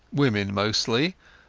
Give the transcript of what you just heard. women mostly,